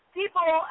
people